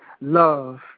love